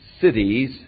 cities